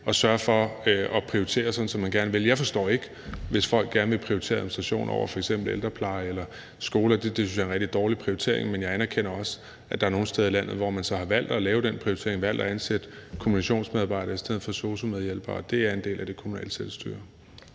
at sørge for at prioritere, sådan som man gerne vil. Jeg forstår ikke, hvis folk gerne vil prioritere administration over f.eks. ældrepleje eller skoler. Det synes jeg er en rigtig dårlig prioritering, men jeg anerkender også, at der nogle steder i landet, hvor man så har valgt at lave den prioritering, altså valgt at ansætte kommunikationsmedarbejdere i stedet for sosu-medhjælpere, og det er en del af det kommunale selvstyre.